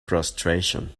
prostration